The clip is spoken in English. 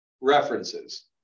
references